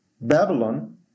Babylon